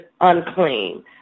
unclean